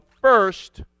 first